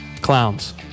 clowns